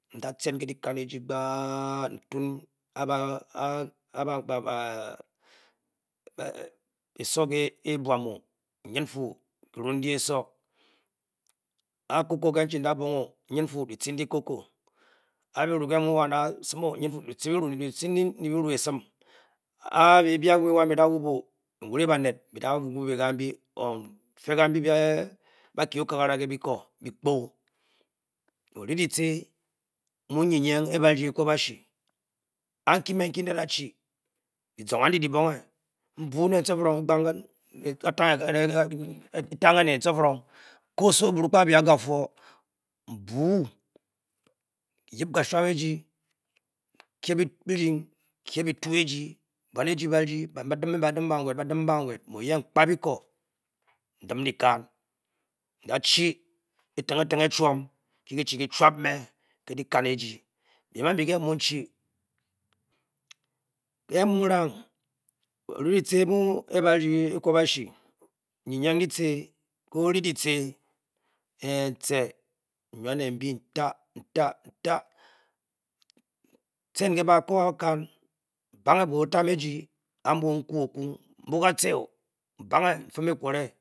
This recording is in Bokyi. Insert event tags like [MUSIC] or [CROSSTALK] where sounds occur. Nda tem le fan ngi pkad [HESITATION] esung abumg oh nyed inpo pullen ke sur ah cocoa nda bonk myed fu lati mde cocoa npuwa le opu mko osowor obuu pkahi asama mbu le ofu onyep casam nne je baami je a de le bouan ba dem ban iwed me oye nomabe tau mde lekan mau botany unye mcum ekulan